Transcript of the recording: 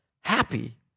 happy